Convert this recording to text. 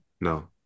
no